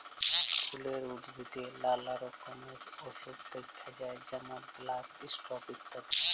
ফুলের উদ্ভিদে লালা রকমের অসুখ দ্যাখা যায় যেমল ব্ল্যাক স্পট ইত্যাদি